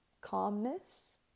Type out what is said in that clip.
calmness